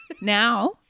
Now